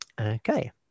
Okay